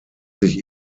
sich